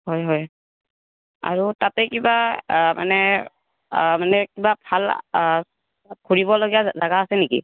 হয় হয় আৰু তাতে কিবা মানে মানে কিবা ভাল ঘুৰিবলগীয়া জাগা আছে নেকি